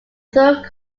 third